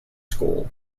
school